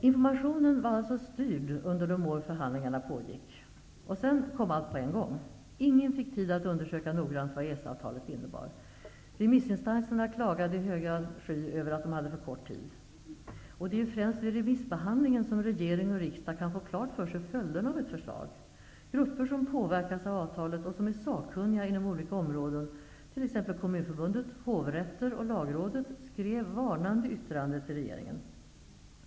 Informationen var alltså styrd under de år som förhandlingarna pågick. Sedan kom allt på en gång. Ingen fick tid att noga undersöka vad EES-avtalet innebär. Remissinstanserna klagade i högan sky över att de hade för kort tid på sig. Det är främst vid remissbehandlingen som regering och riksdag kan få följderna av ett förslag klara för sig. Grupper som påverkas av avtalet och som är sakkunniga inom olika områden -- t.ex. kommunförbundet, hovrätter och lagrådet -- skrev varnande yttranden till regeringen.